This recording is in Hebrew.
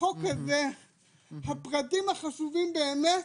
בחוק הזה הפרטים החשובים באמת